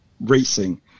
racing